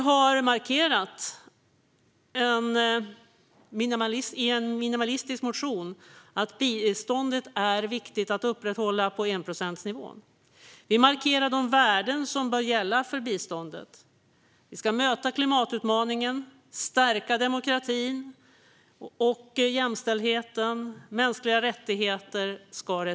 Vi har i en minimalistisk motion markerat att biståndet är viktigt att upprätthålla på enprocentsnivån. Vi markerar de värden som bör gälla för biståndet. Vi ska möta klimatutmaningen, stärka demokratin och jämställdheten samt respektera mänskliga rättigheter.